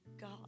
God